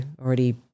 already